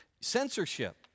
Censorship